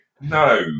No